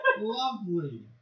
Lovely